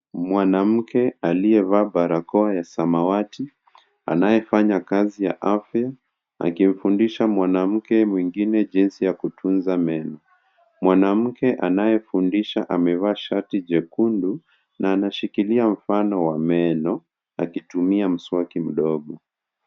Mwanamke aliyevaa barakoa ya samawati anayefanya kazi ya afya akifundisha mwanamke mwingine jinsi ya kutunza meno. Mwanamke anayefundisha amevaa shati jekundu na anashikilia mfano wa meno akitumia mswaki mdogo.